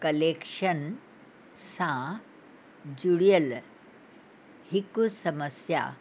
collection सां जुड़ियलु हिकु समस्या